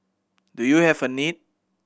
do you have a need